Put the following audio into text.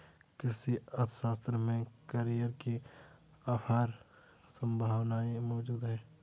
कृषि अर्थशास्त्र में करियर की अपार संभावनाएं मौजूद है